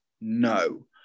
no